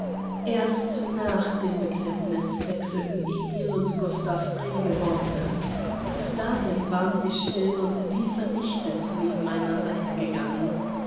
erst nach dem begräbniß wechselten emil und gustav einige worte bis dahin waren sie still und wie vernichtet neben einander hergegangen